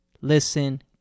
listen